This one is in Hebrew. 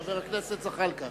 חבר הכנסת זחאלקה,